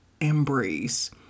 embrace